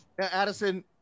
Addison